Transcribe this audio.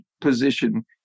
position